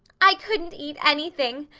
i couldn't eat anything.